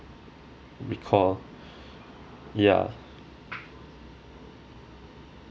recall ya